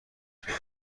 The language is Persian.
پله